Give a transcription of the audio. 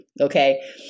Okay